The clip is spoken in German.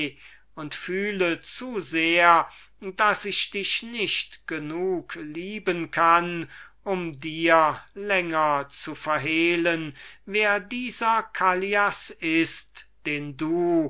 und fühle zu sehr daß ich dich nicht genug lieben kann um dir länger zu verhehlen wer dieser callias ist den du